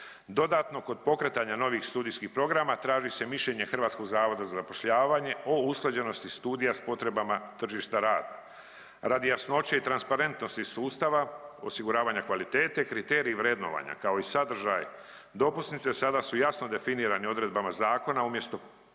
Dodatno, kod pokretanja novih studijskih programa, traži se mišljenje HZZ-a o usklađenosti studija s potrebama tržišta rada. Radi jasnoće i transparentnosti sustava osiguravanja kvalitete, kriterij vrednovanja, kao i sadržaj dopusnice, sada su jasno definirani odredbama zakona umjesto posebnim